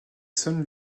sonne